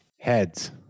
Heads